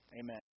Amen